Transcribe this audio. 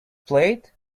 plate